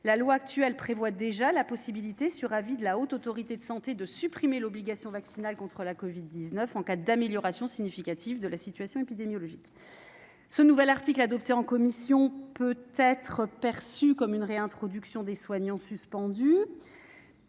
La loi actuelle prévoit déjà la possibilité, sur avis de la Haute Autorité de santé, de supprimer l'obligation vaccinale contre la covid-19 en cas d'amélioration significative de la situation épidémiologique. Ce nouvel article adopté en commission peut être perçu comme une réintroduction des soignants suspendus.